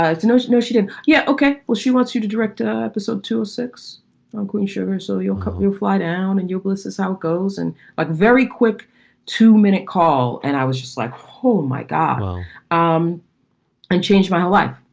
ah it's knows. no, she did. yeah. ok, well, she wants you to direct ah episode to a six on queen sugar. so you'll come bluefly down and you'll bliss's out goes and a very quick two minute call. and i was just like, hold my gobbo um and change my whole life,